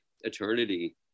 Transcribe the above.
eternity